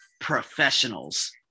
professionals